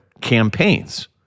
campaigns